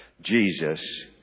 Jesus